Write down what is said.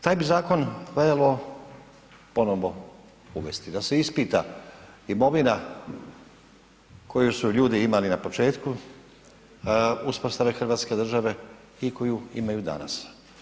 Taj bi zakon valjalo ponovno uvesti da se ispita imovina koju su ljudi imali na početku uspostave Hrvatske države i koju imaju danas.